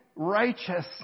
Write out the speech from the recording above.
Righteousness